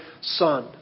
son